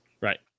Right